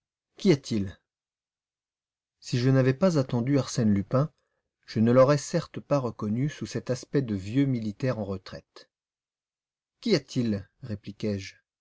qu'y a-t-il si je n'avais pas attendu arsène lupin je ne l'aurais certes pas reconnu sous cet aspect de vieux militaire en retraite qu'y a-t-il répliquai-je